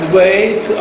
wait